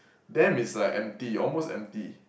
damn is like empty almost empty